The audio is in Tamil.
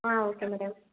ah okay madam